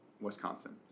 Wisconsin